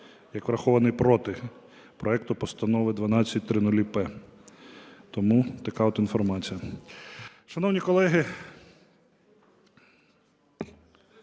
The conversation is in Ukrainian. як врахований проти проекту Постанови 12000/П. Тому така от інформація. Шановні колеги,